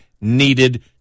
needed